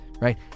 right